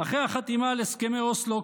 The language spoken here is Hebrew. אחרי החתימה על הסכמי אוסלו,